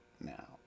now